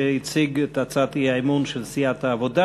שהציג את הצעת האי-אמון של סיעת העבודה.